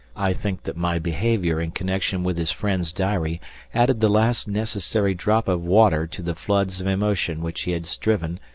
i think that my behaviour in connection with his friend's diary added the last necessary drop of water to the floods of emotion which he had striven,